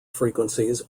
frequencies